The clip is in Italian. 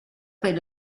per